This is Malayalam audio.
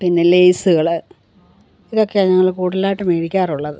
പിന്നെ ലയസ്സുകള് ഇതൊക്കെയാണ് ഞങ്ങള് കൂടുതലായിട്ടും മേടിക്കാറുള്ളത്